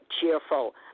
cheerful